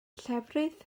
llefrith